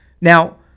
now